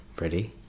Ready